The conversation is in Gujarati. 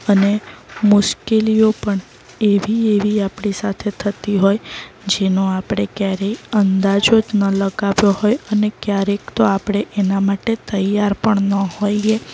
અને મુશ્કેલીઓ પણ એવી એવી આપણી સાથે થતી હોય જેનો આપણે ક્યારેય અંદાજો જ ન લગાવ્યો હોય અને ક્યારેક તો આપણે એના માટે તૈયાર પણ ન હોઈએ